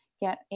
get